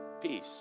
peace